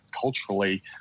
culturally